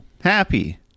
happy